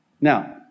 Now